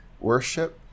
worship